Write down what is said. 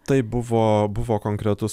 tai buvo buvo konkretus